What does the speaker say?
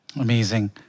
Amazing